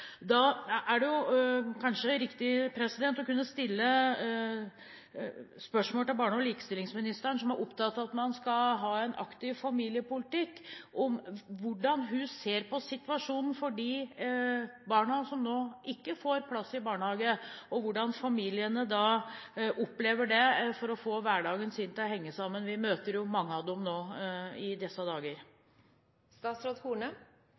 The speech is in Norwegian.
Da er det kanskje riktig å stille spørsmål til barne- og likestillingsministeren, som er opptatt av at man skal ha en aktiv familiepolitikk, om hvordan hun ser på situasjonen for de barna som nå ikke får plass i barnehage, og hvordan familiene opplever det for å få hverdagen sin til å henge sammen. Vi møter jo mange av dem nå i disse dager.